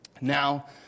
Now